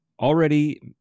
already